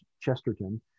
Chesterton